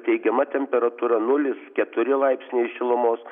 teigiama temperatūra nulis keturi laipsniai šilumos